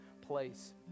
place